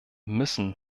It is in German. müssen